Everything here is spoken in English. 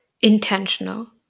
intentional